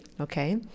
okay